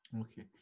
okay